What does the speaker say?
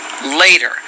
Later